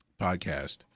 podcast